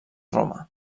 roma